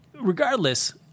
regardless